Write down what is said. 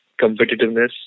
competitiveness